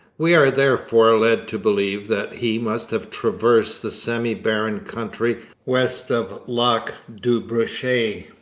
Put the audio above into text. we are therefore led to believe that he must have traversed the semi-barren country west of lac du brochet,